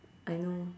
I know